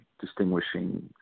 distinguishing